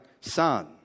Son